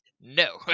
No